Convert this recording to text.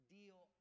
deal